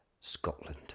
Scotland